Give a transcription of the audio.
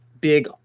big